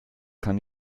kann